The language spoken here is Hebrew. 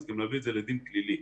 להביא את זה לדין פלילי